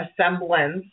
assemblance